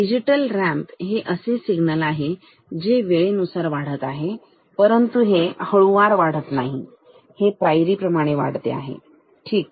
digital ramp हे असे signal आहे जे वेळेनुसार वाढत आहे परंतु हे हळुवार वाढत नाही हे पायरी प्रमाणे वाढते ठीक